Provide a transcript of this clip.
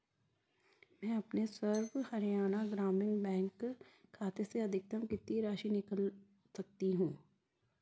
मैं अपने सर्व हरियाणा ग्रामीण बैंक खाते से अधिकतम कितनी राशि निकाल सकती हूँ